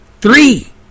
three